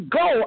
go